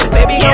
Baby